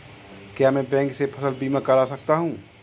क्या मैं बैंक से फसल बीमा करा सकता हूँ?